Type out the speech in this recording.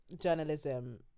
journalism